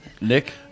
Nick